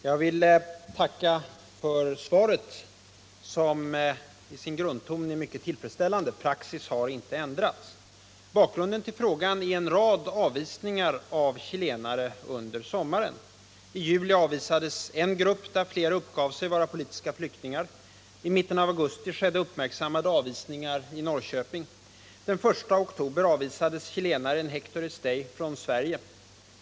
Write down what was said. Herr talman! Jag vill tacka för svaret, som i sin grundton är mycket tillfredsställande — praxis har inte ändrats. Bakgrunden till frågan är en rad avvisningar av chilenare under sommaren. I juli avvisades en grupp där flera uppgav sig vara politiska flyktingar. I mitten av augusti skedde uppmärksammade avvisningar i Norrköping. Den 1 oktober avvisades chilenaren Hector Estay från Sverige.